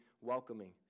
welcoming